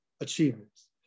achievements